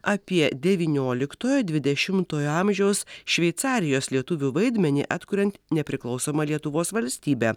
apie devynioliktojo dvidešimtojo amžiaus šveicarijos lietuvių vaidmenį atkuriant nepriklausomą lietuvos valstybę